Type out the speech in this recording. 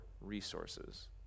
resources